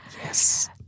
Yes